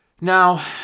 Now